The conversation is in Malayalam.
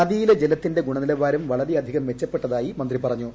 നദിയിലെ ജല്ത്തിന്റെ ഗുണനിലവാരം വളരെയധികം മെച്ചപ്പെട്ടതായി മന്ത്രി പറഞ്ഞു